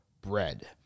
bread